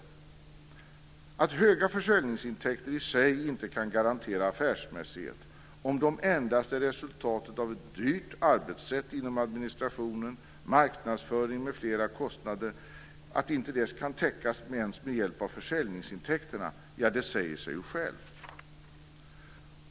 Det säger sig självt att höga försäljningsintäkter i sig inte kan garantera affärsmässighet om de endast är resultatet av ett dyrt arbetssätt där administration, marknadsföring m.m. flera kostnader inte ens kan täckas med hjälp av försäljningsintäkterna.